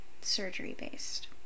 surgery-based